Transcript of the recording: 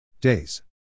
Days